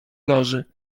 loży